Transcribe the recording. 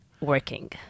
working